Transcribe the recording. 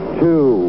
two